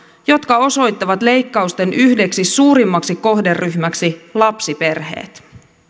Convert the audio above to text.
jotka osoittavat leikkausten yhdeksi suurimmaksi kohderyhmäksi lapsiperheet